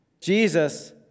Jesus